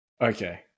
Okay